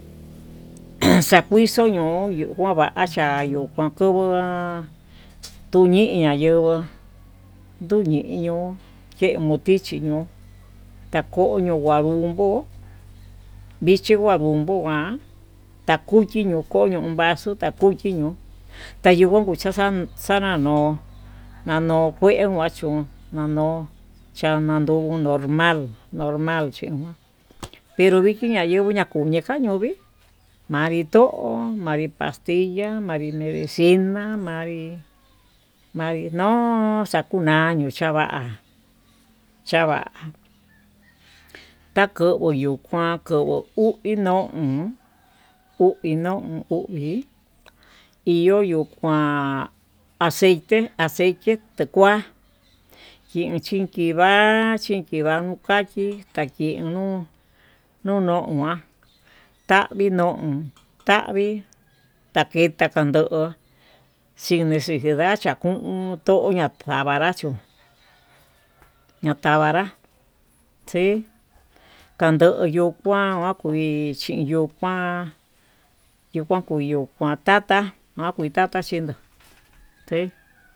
An xakuixo ño'o yuu kuan vacha ñuu konkuvu tuñiña yonguó nduñiño tee motichi ño'o, kakoño kua ndunguó vichi ma'a ngugonga takuchi no kon yo'o vaso takuchi ño'o, tayenguo kukucha xana no nano kue kachí ndun nano'o chanda nduguu normal, normal chinguá pero viki nayenguo nakonika ñovii manri to'o manri pastilla manri medecina, manri no'o xakuñaño chava'a cahva takoyo yuu kako uhi no'o on, uhi non uhi hi yoyuu kuán aceite aceite tekuá kinchinki va'a, chiki va'a nuu kachi vakinuu nononguan tavii non tavii takeya kando'ó chi nixijenda tako'on toña tavanra chón ñatavanra xii kando yuu kuan kui chi yuu kuan yuu kuan koyo tata nakui ndata chendó xe.